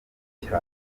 cyane